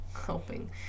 helping